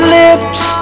lips